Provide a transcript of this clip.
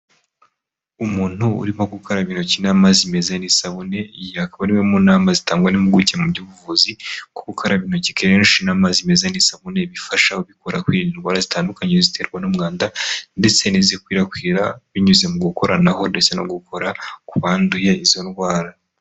Umuntu urimo gukaraba intoki n'amazi meza n'isabune. Iyi akaba ari imwe mu nama zitangwa n'impuguke mu by'ubuvuzi ko gukaraba intoki kenshi n'amazimeze n'isabune bifasha ubikora kwirinda indwara zitandukanye ziterwa n'umwanda, ndetse n'izikwirakwira binyuze mu gukoranaho ndetse no gukora ku banduye izo ndwara.